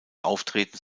auftreten